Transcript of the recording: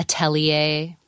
atelier